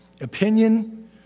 opinion